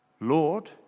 Lord